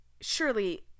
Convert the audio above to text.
surely